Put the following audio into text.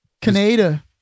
Canada